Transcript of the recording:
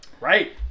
Right